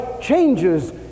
changes